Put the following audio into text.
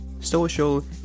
social